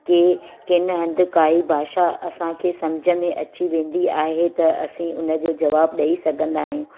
कि किन हंधि काई भाषा असांखे सम्झ में अची वेंदी आहे त असी उन जो जवाब ॾेई सघंदा आहियूं